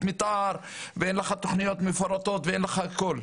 מתאר ואין לך תוכניות מפורטות ואין לך הכל.